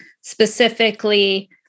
specifically